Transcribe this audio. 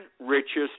richest